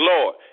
Lord